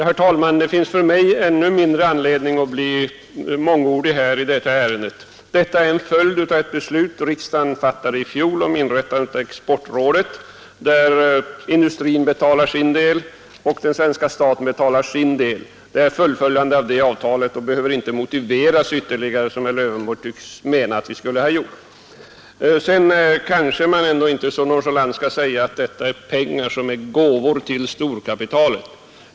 Herr talman! För mig finns det ännu mindre anledning att bli mångordig i detta ärende. Anslaget på den här punkten är en följd av det beslut som riksdagen fattade i fjol om inrättande av exportrådet, där industrin betalar sin del och staten betalar sin. Fullföljandet av det avtalet behöver vi inte motivera ytterligare, vilket herr Lövenborg tycks mena att vi borde. Kanske man ändå inte skall säga så där nonchalant att dessa pengar är gåvor till storkapitalet.